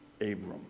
Abram